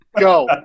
Go